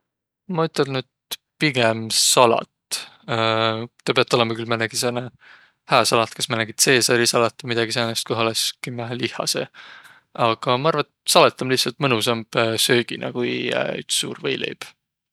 Ma ütelnüq, et pigem salat. Taa piät olõma külh määnegi sääne hää salat, kas määnegi caesari salat vai midägi säänest, koh olõs kimmähe lihha seeh. Aga ma arva, et salat om lihtsält mõnusamb sööginä ku üts suur võileib.